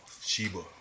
Sheba